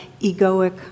egoic